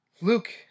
Luke